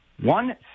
one